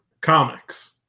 comics